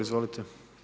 Izvolite.